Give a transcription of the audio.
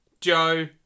Joe